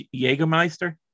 Jägermeister